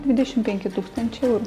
dvidešimt penki tūkstančių eurų